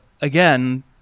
again